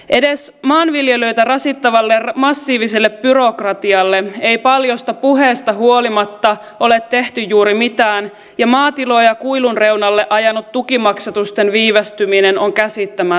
edes maanviljelijöitä rasittavalle massiiviselle byrokratialle ei paljosta puheesta huolimatta ole tehty juuri mitään ja maatiloja kuilun reunalle ajanut tukimaksatusten viivästyminen on käsittämätöntä